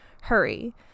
Hurry